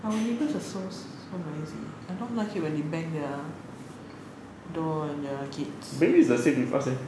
our neighbours are so so noisy I don't like it when they bang their door at the kids